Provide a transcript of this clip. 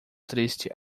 triste